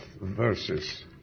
verses